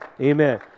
amen